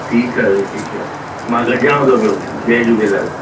ठीकु आहे साईं ठीकु आहे मां गॾिजीयांव थो पियो जय झूलेलाल